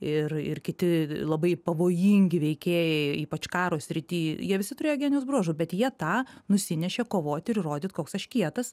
ir ir kiti labai pavojingi veikėjai ypač karo srity jie visi turėjo genijaus bruožų bet jie tą nusinešė kovoti ir įrodyt koks aš kietas